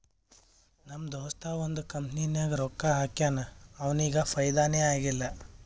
ನಮ್ ದೋಸ್ತ ಒಂದ್ ಕಂಪನಿನಾಗ್ ರೊಕ್ಕಾ ಹಾಕ್ಯಾನ್ ಅವ್ನಿಗ ಫೈದಾನೇ ಆಗಿಲ್ಲ